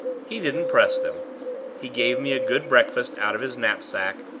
he didn't press them he gave me a good breakfast out of his knapsack,